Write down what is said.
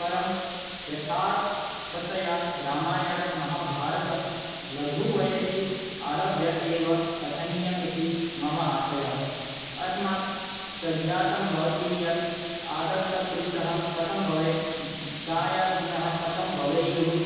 परं यथार्थतया रामायणमहाभारतं लघुवयसि आरभ्य एव पठनीयमिति मम आशयः अस्मात् च ज्ञातं भवति यत् आदर्शपुरुशः कथं भवेत् दायादिनः कथं भवेयुः